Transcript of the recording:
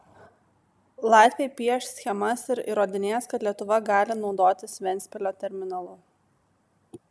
latviai pieš schemas ir įrodinės kad lietuva gali naudotis ventspilio terminalu